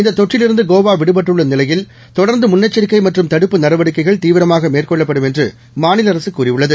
இந்ததொற்றில்இருந்துகோவாவிடுபட்டுள்ளநிலையில்தொடர்ந்துமுன் னெச்சரிக்கைமற்றும்தடுப்புநடவடிக்கைகள்தீவிரமாகமேற்கொள்ளப்படு ம்என்றுமாநிலஅரசுகூறியுள்ளது